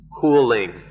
cooling